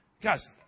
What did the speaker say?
Guys